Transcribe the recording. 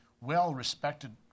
well-respected